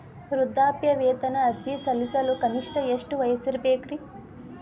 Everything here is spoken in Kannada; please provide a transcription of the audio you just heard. ವೃದ್ಧಾಪ್ಯವೇತನ ಅರ್ಜಿ ಸಲ್ಲಿಸಲು ಕನಿಷ್ಟ ಎಷ್ಟು ವಯಸ್ಸಿರಬೇಕ್ರಿ?